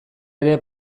ere